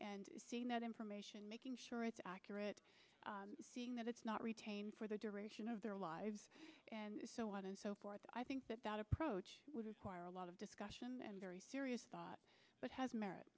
and seeing that information making sure it's accurate that it's not retained for the duration of their lives and so on and so forth i think that that approach would require a lot of discussion and very serious thought but has merit